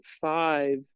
five